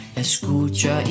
escucha